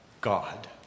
God